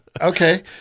okay